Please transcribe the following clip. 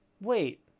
Wait